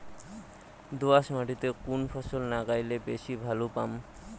দোয়াস মাটিতে কুন ফসল লাগাইলে বেশি লাভ পামু?